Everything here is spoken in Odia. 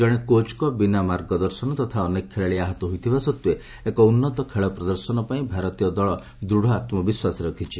ଜଣେ କୋଚ୍ଙ୍କ ବିନା ମାର୍ଗଦର୍ଶନ ତଥା ଅନେକ ଖେଳାଳି ଆହତ ହୋଇଥିବା ସତ୍ତ୍ୱେ ଏକ ଉନ୍ନତ ଖେଳ ପ୍ରଦର୍ଶନ ପାଇଁ ଭାରତୀୟ ଦଳ ଦୃଢ଼ ଆତ୍ମବିଶ୍ୱାସ ରଖିଛି